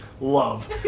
love